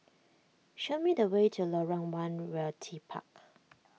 show me the way to Lorong one Realty Park